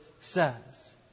says